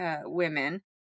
women